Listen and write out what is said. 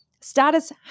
Status